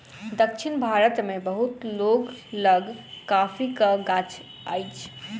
दक्षिण भारत मे बहुत लोक लग कॉफ़ीक गाछी अछि